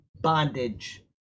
bondage